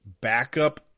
backup